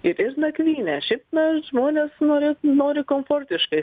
ir ir nakvynė šiaip na žmonės nori nori komfortiškai